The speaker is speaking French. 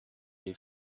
les